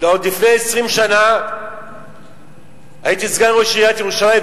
לפני 20 שנה הייתי סגן ראש עיריית ירושלים,